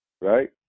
right